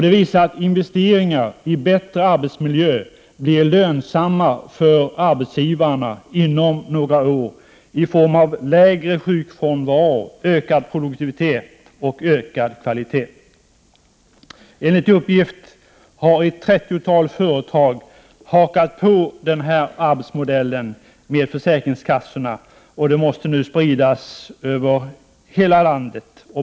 Det visar att investeringar i bättre arbetsmiljö blir lönsamma för arbetsgivarna inom några år i form av lägre sjukfrånvaro, ökad produktivitet och ökad kvalitet. Enligt uppgift har ett trettiotal företag hakat på den här arbetsmodellen med försäkringskassorna. Den måste nu spridas ut över hela landet.